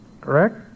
correct